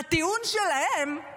הטיעון שלהם הוא